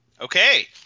Okay